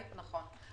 נכון.